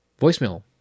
voicemail